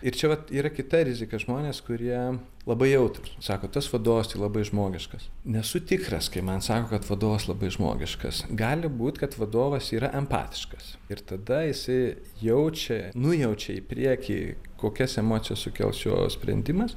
ir čia vat yra kita rizika žmonės kurie labai jautrūs sako tas vadovas tai labai žmogiškas nesu tikras kai man sako kad vadovas labai žmogiškas gali būt kad vadovas yra empatiškas ir tada jisai jaučia nujaučia į priekį kokias emocijas sukels jo sprendimas